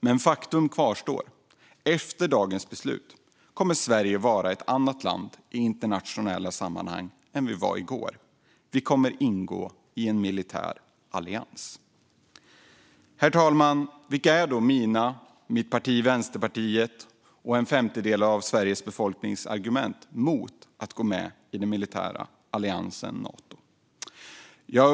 Men faktum kvarstår: Efter dagens beslut kommer Sverige att vara ett annat land i internationella sammanhang än vi var i går. Vi kommer att ingå i en militär allians. Herr talman! Vilka är då mina, mitt parti Vänsterpartiets och en femtedel av Sveriges befolknings argument mot att gå med i den militära alliansen Nato?